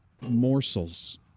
morsels